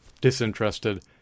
disinterested